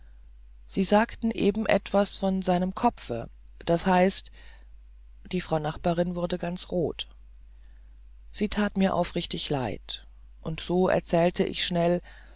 sie sagten eben etwas von seinem kopfe das heißt die frau nachbarin wurde ganz rot sie tat mir aufrichtig leid und so erzählte ich schnell